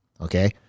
okay